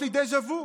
יש לי דז'ה וו,